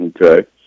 Okay